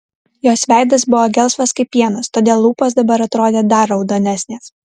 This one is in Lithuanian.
jos veidas buvo gelsvas kaip pienas todėl lūpos dabar atrodė dar raudonesnės